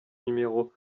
numéro